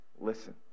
listen